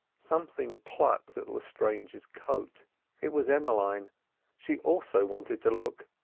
something plucked at lestrange's coat it was emmeline she also wanted to look.